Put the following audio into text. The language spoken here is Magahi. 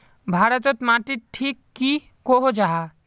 भारत तोत माटित टिक की कोहो जाहा?